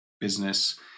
business